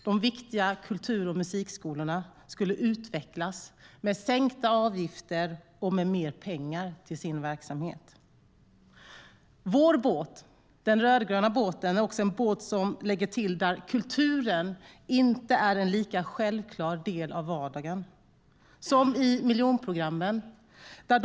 De viktiga kultur och musikskolorna skulle utvecklas med sänkta avgifter och mer pengar till sin verksamhet. Den rödgröna båten är också en båt som lägger till där kulturen inte är en lika självklar del av vardagen, till exempel i miljonprogramsområdena.